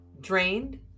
Drained